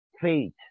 faith